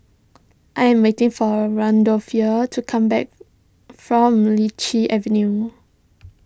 I am waiting for Randolph to come back from Lichi Avenue